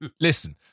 listen